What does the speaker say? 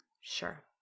Sure